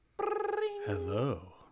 Hello